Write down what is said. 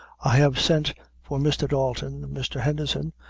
i have sent for mr. dalton, mr. henderson,